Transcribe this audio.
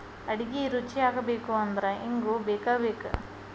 ಅಡಿಗಿ ರುಚಿಯಾಗಬೇಕು ಅಂದ್ರ ಇಂಗು ಬೇಕಬೇಕ